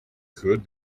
could